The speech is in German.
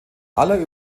aller